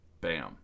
bam